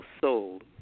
sold